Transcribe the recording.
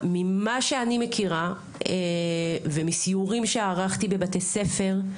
מה שאני מכירה, ומסיורים שערכתי בבתי ספר,